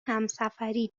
همسفری